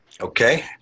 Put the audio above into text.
Okay